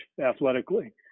athletically